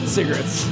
Cigarettes